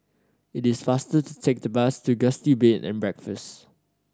it is faster to take the bus to Gusti Bed and Breakfast